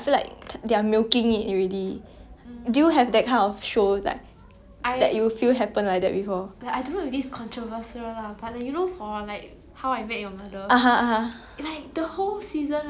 (uh huh) (uh huh)